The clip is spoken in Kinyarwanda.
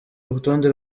rutonde